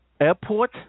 Airport